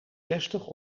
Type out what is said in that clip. zestig